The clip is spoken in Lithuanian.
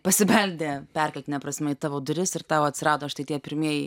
pasibeldė perkeltine prasme į tavo duris ir tau atsirado štai tie pirmieji